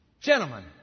Gentlemen